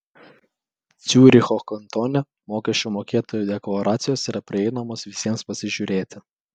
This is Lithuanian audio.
ciuricho kantone mokesčių mokėtojų deklaracijos yra prieinamos visiems pasižiūrėti